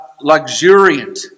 luxuriant